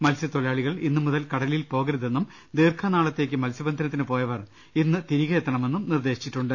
മത്സ്യത്തൊഴിലാളി കൾ ഇന്നു മുതൽ കടലിൽ പോകരുതെന്നും ദീർഘനാളത്തേക്ക് മത്സ്യബന്ധനത്തിന് പോയവർ ഇന്ന് തിരികെ എത്തണമെന്നും നിർദ്ദേശിച്ചിട്ടുണ്ട്